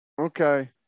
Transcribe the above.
Okay